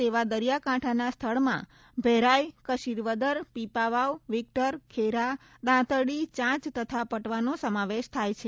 તેવા દરિયાકાંઠાના સ્થળમાં ભેરાઇ કશીરવદર પીપાવાવ વિક્ટર ખેરા દાંતરડી ચાંચ તથા પટવાનો સમાવેશ થાય છે